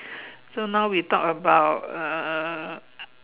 so now we talk about uh